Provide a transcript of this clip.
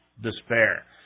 despair